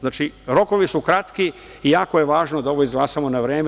Znači, rokovi su kratki i jako je važno da ovo izglasamo na vreme.